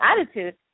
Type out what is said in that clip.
attitude